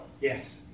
Yes